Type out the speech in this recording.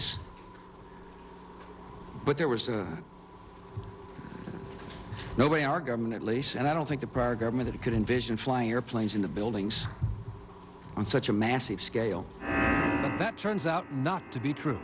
us but there was no way our government at least and i don't think the prior government could envision flying airplanes into buildings on such a massive scale that turns out not to be true